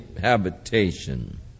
habitation